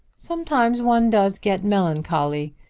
sometimes one does get melancholy.